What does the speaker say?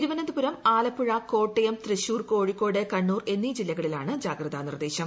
തിരുവനന്തപുരം ആലപ്പുഴ കോട്ടയം തൃശൂർ കോഴിക്കോട് കണ്ണൂർ എന്നീ ജില്ലകളിലാണ് ജാഗ്രതാ നിർദ്ദേശം